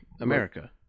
America